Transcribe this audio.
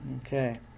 Okay